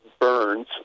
burns